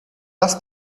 das